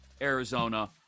Arizona